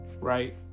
right